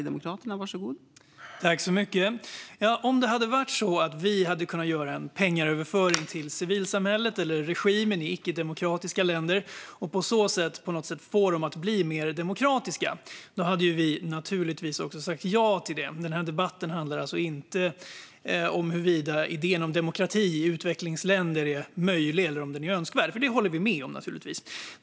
Fru talman! Om det hade varit så att vi hade kunnat göra en pengaöverföring till civilsamhället eller regimen i icke-demokratiska länder och på sätt hade kunnat få dem att bli mer demokratiska hade vi naturligtvis sagt ja till det. Denna debatt handlar alltså inte om huruvida idén om demokrati i utvecklingsländer är möjlig eller önskvärd, för det håller vi naturligtvis med om.